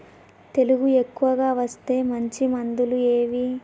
తెగులు ఎక్కువగా వస్తే మంచి మందులు ఏవి?